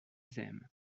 them